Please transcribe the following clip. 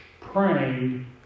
praying